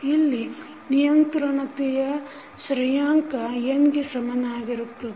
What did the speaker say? ಇಲ್ಲಿ ನಿಯಂತ್ರತೆಯ ಶ್ರೇಯಾಂಕ n ಗೆ ಸಮನಾಗಿರುತ್ತದೆ